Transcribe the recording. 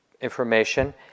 information